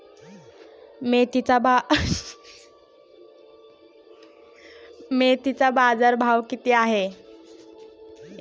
मेथीचा बाजारभाव किती आहे?